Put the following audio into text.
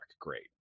Great